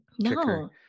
No